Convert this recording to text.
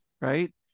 right